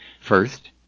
First